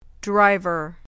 Driver